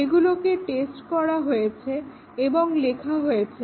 এগুলোকে টেস্ট করা হয়েছে এবং লেখা হয়েছে